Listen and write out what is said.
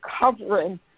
covering